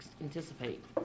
anticipate